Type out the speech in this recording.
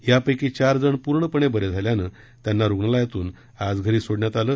यापेकी चार जण पूर्णपणे बरे झाल्यांनं त्यांना रूग्णालयातून आज घरी सोडण्यात आलं